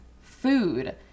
food